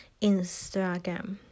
Instagram